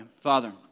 Father